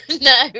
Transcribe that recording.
no